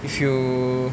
if you